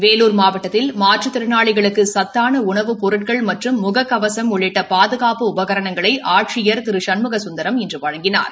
வேலூர் மாவட்டத்தில் மாற்றுத்திறனாளிகளுக்கு சத்தான உணவுப் பொருட்கள் மற்றும் முக கவசம் உள்ளிட்ட பாதுகாப்பு உபகரணங்களை ஆட்சியர் திரு சண்முக சுந்தரம் இன்று வழங்கினார்